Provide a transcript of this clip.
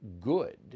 good